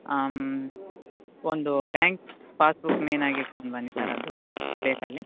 ಹಾಂ ಒಂದು bank passbook ಮೇನಾಗಿ ಇಟ್ಕೊಂಡ್ ಬನ್ನಿ ಸರ್ ಅದು ಬೇಕಲ್ಲಿ